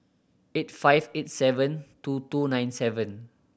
eight five eight seven two two nine seven